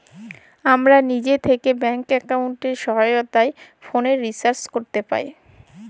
আমরা লিজে থ্যাকে ব্যাংক এক্কাউন্টের সহায়তায় ফোলের রিচাজ ক্যরতে পাই